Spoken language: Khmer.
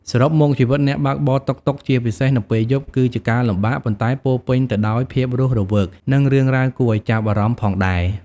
សរុបមក ជីវិតអ្នកបើកបរតុកតុក ជាពិសេសនៅពេលយប់ គឺជាការលំបាក ប៉ុន្តែក៏ពោរពេញទៅដោយភាពរស់រវើក និងរឿងរ៉ាវគួរឱ្យចាប់អារម្មណ៍ផងដែរ។